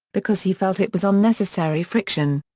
because he felt it was unnecessary friction.